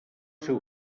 seu